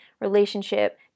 relationship